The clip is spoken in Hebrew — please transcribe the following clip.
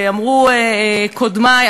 ואמרו קודמי,